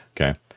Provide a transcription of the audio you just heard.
Okay